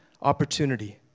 opportunity